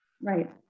Right